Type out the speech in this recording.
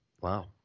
Wow